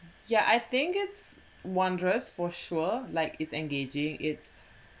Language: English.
yeah I think it's wondrous for sure like it's engaging its